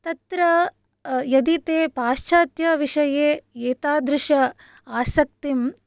तत्र यदि ते पाश्चात्यविषये एतादृश आसक्तिं